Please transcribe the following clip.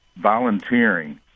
volunteering